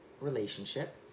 Relationship